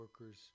workers